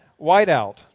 Whiteout